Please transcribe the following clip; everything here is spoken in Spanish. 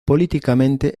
políticamente